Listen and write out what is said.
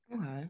Okay